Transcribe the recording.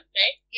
right